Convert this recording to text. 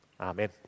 amen